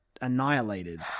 annihilated